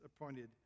appointed